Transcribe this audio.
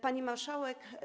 Pani Marszałek!